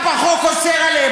אתה בחוק אוסר עליהם,